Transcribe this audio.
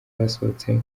basohotse